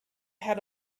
had